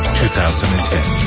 2010